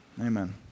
Amen